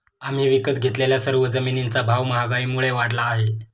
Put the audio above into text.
आम्ही विकत घेतलेल्या सर्व जमिनींचा भाव महागाईमुळे वाढला आहे